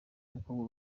mukobwa